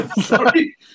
Sorry